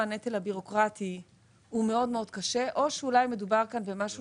הנטל הבירוקרטי הוא מאוד מאוד קשה או שאולי מדובר כאן במשהו